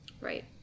Right